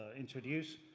introduce,